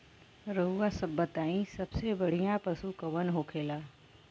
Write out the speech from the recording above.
रउआ सभ बताई सबसे बढ़ियां पशु कवन होखेला?